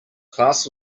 class